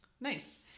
Nice